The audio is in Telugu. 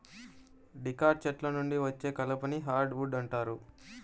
డికాట్ చెట్ల నుండి వచ్చే కలపని హార్డ్ వుడ్ అంటారు